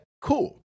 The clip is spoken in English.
Cool